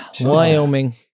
Wyoming